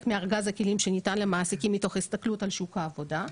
מארגז הכלים שניתן למעסיקים מתוך הסתכלות על שוק העבודה.